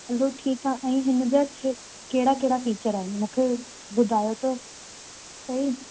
हलो ठीकु आहे साईं हिन जा छ कहिड़ा कहिड़ा फ़ीचर आहिनि मूंखे ॿुधायो त सही